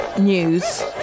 news